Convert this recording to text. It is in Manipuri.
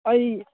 ꯑꯩ